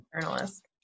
Journalist